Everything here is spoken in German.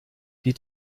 die